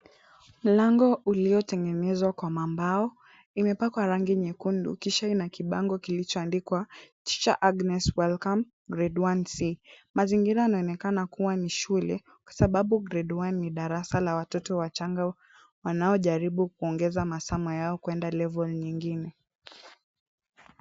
Mlango uliotengenezwa kwa mambao, imepakwa rangi nyekundu kisha ina kibango kilichoandikwa teacher Agnes, welcome. Grade 1C . Mazingira yanaonekana kuwa ni shule kwa sababu grade one ni darasa la watoto wachanga, wanaojaribu kuongeza masomo yao kuenda level nyingine.